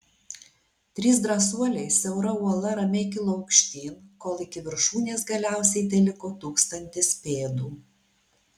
trys drąsuoliai siaura uola ramiai kilo aukštyn kol iki viršūnės galiausiai teliko tūkstantis pėdų